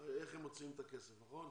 איך הם מוציאים את הכסף, נכון?